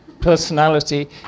personality